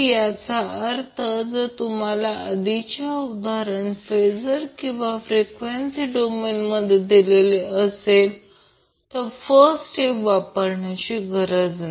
याचा अर्थ जर तुम्हाला आधीच उदाहरण फेजर किंवा फ्रीक्वेसी डोमेन दिलेले असेल तर फर्स्ट स्टेप वापरण्याची गरज नाही